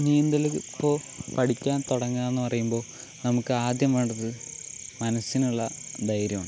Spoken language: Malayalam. നീന്തൽ ഇപ്പോൾ പഠിക്കാൻ തുടങ്ങാമെന്ന് പറയുമ്പോൾ നമുക്കാദ്യം വേണ്ടത് മനസ്സിനുള്ള ധൈര്യമാണ്